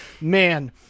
man